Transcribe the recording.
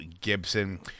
Gibson